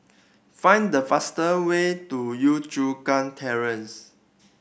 find the faster way to Yio Chu Kang Terrace